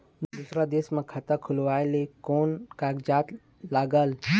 दूसर देश मा खाता खोलवाए ले कोन कागजात लागेल?